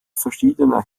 verschiedener